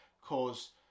cause